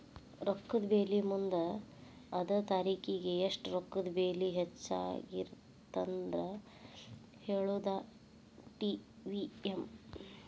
ರೊಕ್ಕದ ಬೆಲಿ ಮುಂದ ಅದ ತಾರಿಖಿಗಿ ಎಷ್ಟ ರೊಕ್ಕದ ಬೆಲಿ ಹೆಚ್ಚಾಗಿರತ್ತಂತ ಹೇಳುದಾ ಟಿ.ವಿ.ಎಂ